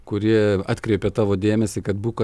kuri atkreipia tavo dėmesį kad būk